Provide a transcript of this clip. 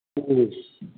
ꯎꯝ